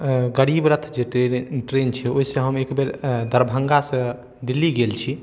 गरीब रथ जे ट्रेन है ट्रेन छै से ओहिसँ हम एक बेर दरभङ्गा से दिल्ली गेल छी